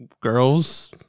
girls